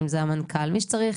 אם זה המנכ"ל ומי שצריך,